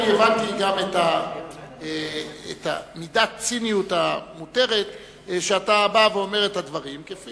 אני הבנתי גם את מידת הציניות המותרת שאתה בא ואומר בה את הדברים.